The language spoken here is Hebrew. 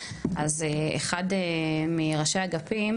אז אחד מראשי האגפים,